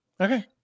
Okay